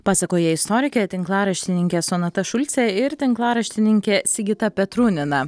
pasakoja istorikė tinklaraštininkė sonata šulcė ir tinklaraštininkė sigita petrunina